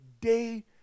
day